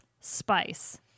spice